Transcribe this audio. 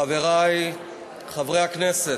חברי חברי הכנסת,